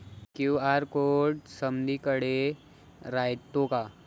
QR code समदीकडे रायतो का?